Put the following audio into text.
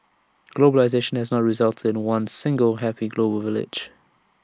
globalisation has not resulted in one single happy global village